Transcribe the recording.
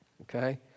Okay